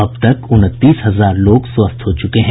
अब तक उनतीस हजार लोग स्वस्थ हो चुके हैं